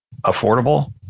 affordable